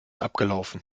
abgelaufen